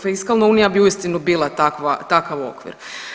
Fiskalno Unija bi uistinu bila takav okvir.